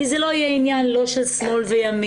כי זה לא יהיה עניין לא של שמאל וימין.